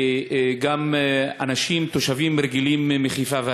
וגם אנשים, תושבים רגילים מחיפה והסביבה.